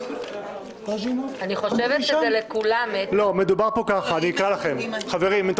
אקרא לכם, חברים: